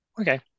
Okay